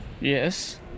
Yes